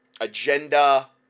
agenda